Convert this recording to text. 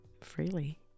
freely